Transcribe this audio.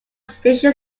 station